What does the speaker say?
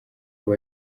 ubu